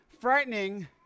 frightening